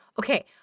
Okay